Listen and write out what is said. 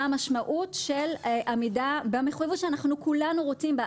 המשמעות של עמידה במחויבות שאנחנו כולנו רוצים בה.